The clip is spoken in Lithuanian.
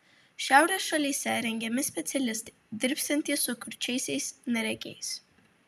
šiaurės šalyse rengiami specialistai dirbsiantys su kurčiaisiais neregiais